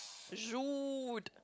Jude